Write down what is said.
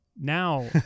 now